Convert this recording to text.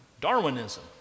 Darwinism